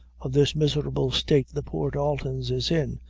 of this miserable state the poor daltons is in,